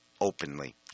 openly